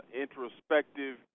introspective